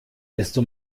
desto